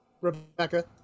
Rebecca